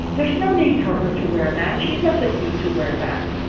there's no need for her to wear that, she doesn't need to wear that.